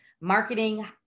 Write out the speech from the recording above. marketing